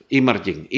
emerging